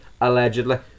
allegedly